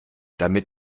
damit